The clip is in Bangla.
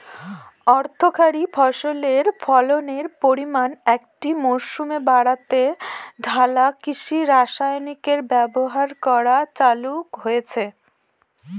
অর্থকরী ফসলের ফলনের পরিমান একটি মরসুমে বাড়াতে ঢালাও কৃষি রাসায়নিকের ব্যবহার করা চালু হয়েছে